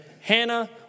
Hannah